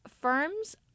firms